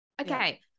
okay